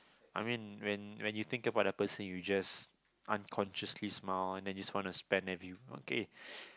I mean when when you think of the person you just unconsciously smile and then you just want to every okay